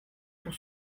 pour